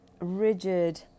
rigid